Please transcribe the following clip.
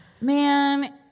Man